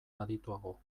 adituago